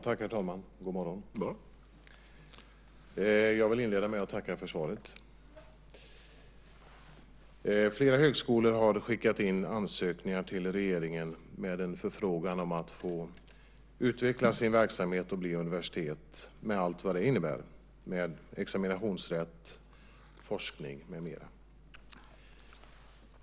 Herr talman! Jag vill inleda med att tacka för svaret. Flera högskolor har skickat in ansökningar till regeringen med en förfrågan om att få utveckla sin verksamhet och bli universitet, med allt vad det innebär av examinationsrätt, forskning med mera.